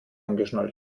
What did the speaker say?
angeschnallt